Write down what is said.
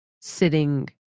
sitting